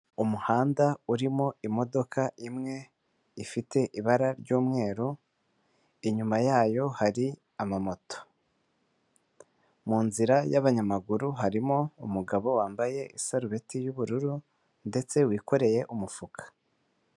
Umuhanda urimo imodoka imwe ifite ibara ry'umweru, inyuma yayo hari amamoto. Mu nzira y'abanyamaguru harimo umugabo wambaye isarubeti y'ubururu ndetse wikoreye umufuka.